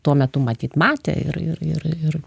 tuo metu matyt matė ir ir ir ir